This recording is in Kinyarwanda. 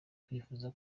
twifuza